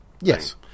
Yes